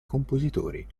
compositori